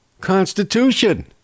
Constitution